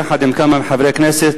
יחד עם כמה חברי כנסת,